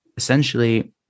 Essentially